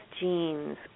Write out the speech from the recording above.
genes